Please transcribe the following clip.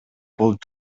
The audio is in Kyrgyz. болуп